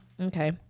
okay